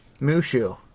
Mushu